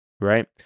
right